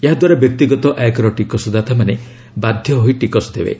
ଏହାଦ୍ୱାରା ବ୍ୟକ୍ତିଗତ ଆୟକର ଟିକସଦାତାମାନେ ବାଧ୍ୟ ହୋଇ ଟିକସ ଦେବେ